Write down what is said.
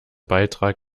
beitrag